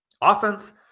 offense